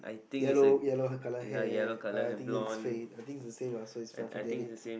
yellow yellow color hair uh I think is the I think is the same lah so it's fine forget it